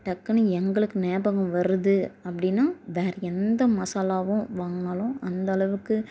டக்குன்னு எங்களுக்கு ஞாபகம் வரது அப்படினா வேறு எந்த மசாலாவும் வாங்குனாலும் அந்த அளவுக்கு